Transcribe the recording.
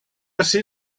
ací